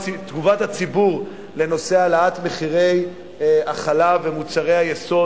הציבור בנושא העלאת מחירי החלב ומוצרי היסוד,